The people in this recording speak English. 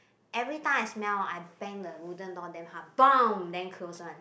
every time I smell I bang then wooden door damn hard then close one